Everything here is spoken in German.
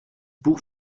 buch